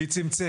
מי צמצם?